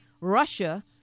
Russia